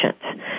patient